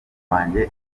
wanjye